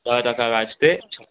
ॾह टका व्याज ते